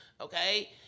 okay